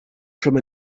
from